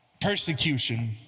persecution